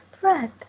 breath